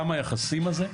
זה מרקם היחסים הזה,